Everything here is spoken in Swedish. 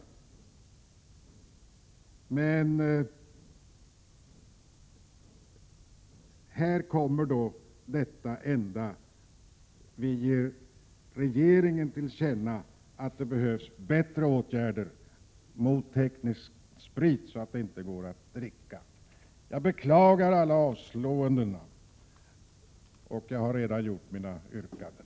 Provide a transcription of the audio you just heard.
I ett enda fall föreslås att vi skall ge regeringen ett tillkännagivande, nämligen om att det behövs bättre åtgärder för att teknisk sprit inte skall gå att dricka. Jag beklagar alla avstyrkanden. Jag har redan gjort mina yrkanden.